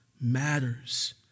matters